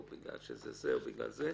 או בגלל שזה זה, או בגלל זה.